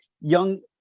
young